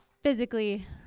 physically